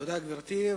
תודה, גברתי.